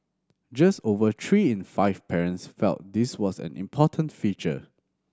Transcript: just over three in five parents felt this was an important feature